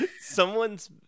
Someone's